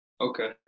Okay